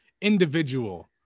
individual